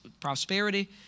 prosperity